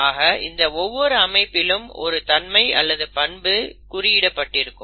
ஆக இந்த ஒவ்வொரு அமைப்பிலும் ஒரு தன்மை அல்லது பண்பு குறிப்பிடப்பட்டிருக்கும்